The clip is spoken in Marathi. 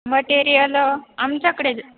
मटेरियल आमच्याकडे